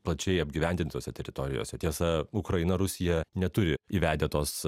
plačiai apgyvendintose teritorijose tiesa ukraina rusija neturi įvedę tos